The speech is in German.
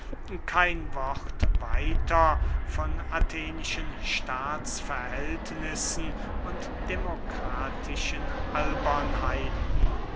kein wort weiter von athenischen staatsverhältnissen und demokratischen albernheiten